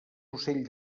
ocell